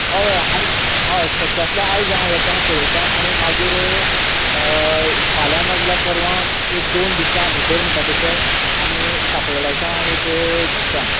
हय हय आयज हय शक्य आसल्यार आयज हांव येतां पळयता आनी मागीर फाल्यां ना जाल्यार परवां एक दोन दिसां भितर म्हणटा तशें आमी सांपळो लायतात आनीक धरतां